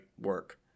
work